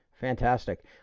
Fantastic